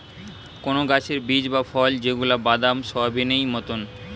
কোন গাছের বীজ বা ফল যেগুলা বাদাম, সোয়াবেনেই মতোন